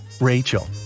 Rachel